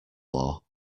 law